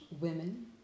women